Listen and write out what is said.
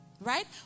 Right